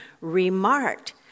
remarked